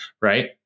right